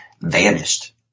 vanished